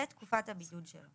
ותקופת הבידוד שלו";